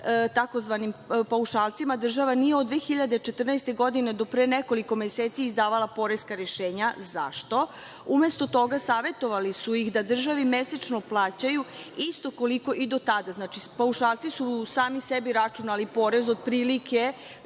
Takozvanim paušalcima država nije od 2014. godine do pre nekoliko meseci izdavala poreska rešenja. Zašto? Umesto toga savetovali su ih da državi mesečno plaćaju isto koliko i do tada. Znači, paušalci su sami sebi računali porez otprilike